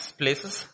places